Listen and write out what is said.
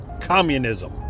communism